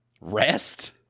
rest